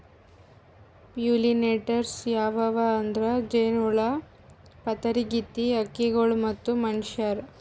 pollinators ಯಾವ್ಯಾವ್ ಅಂದ್ರ ಜೇನಹುಳ, ಪಾತರಗಿತ್ತಿ, ಹಕ್ಕಿಗೊಳ್ ಮತ್ತ್ ಮನಶ್ಯಾರ್